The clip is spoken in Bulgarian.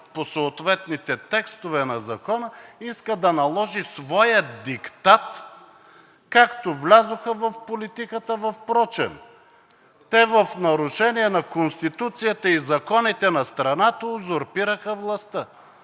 по съответните текстове на Закона, иска да наложи своя диктат, както влязоха в политиката впрочем. Те в нарушение на Конституция и на законите на страната узурпираха властта.